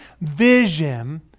vision